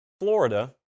Florida